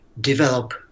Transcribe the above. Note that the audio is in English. develop